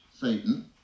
satan